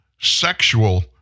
sexual